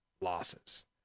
losses